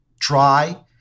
try